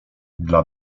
dla